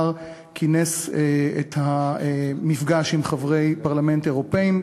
כינס את המפגש עם חברי פרלמנט אירופים.